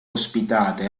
ospitata